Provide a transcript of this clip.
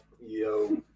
Yo